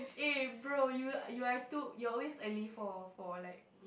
eh bro you you are too you are always early for for like